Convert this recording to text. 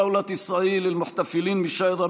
(אומר דברים בשפה הערבית,